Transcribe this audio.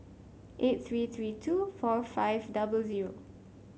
eight three three two four five double zero